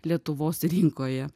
lietuvos rinkoje